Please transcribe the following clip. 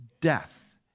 Death